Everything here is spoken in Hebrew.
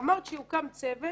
אמרת שיוקם צוות